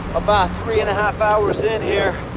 about three and a half hours in here.